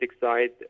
side